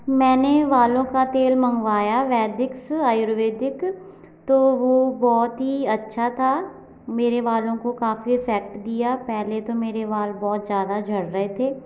मैंने बालों का तेल मंगवाया वैदिक्स आयुर्वेदिक तो वो बहुत ही अच्छा था मेरे बालों को काफी इफेक्ट दिया पहले तो मेरे बाल बहुत ज्यादा झड़ रहे थे